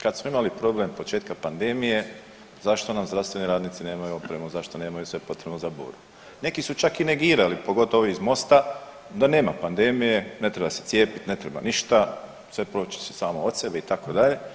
Kad smo imali problem početka pandemije zašto nam zdravstveni radnici nemaju opremu, zašto nemaju sve potrebno za … Neki su čak i negirali, pogotovo ovi iz MOST-a da nema pandemije, ne treba se cijepiti, ne treba ništa, sve proći će samo od sebe itd.